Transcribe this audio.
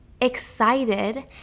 excited